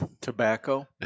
Tobacco